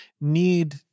need